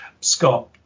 Scott